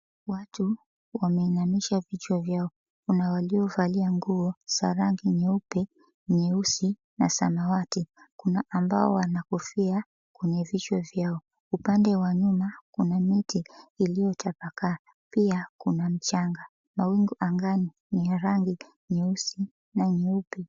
Watu wameinamisha vichwa vyao. Kuna waliovalia nguo za rangi nyeupe, nyeusi na samawati. Kuna ambao wana kofia kwenye vichwa vyao. Upande wa nyuma kuna miti iliyotapakaa, pia kuna mchanga. Mawingu angani ni ya rangi nyeusi na nyeupe.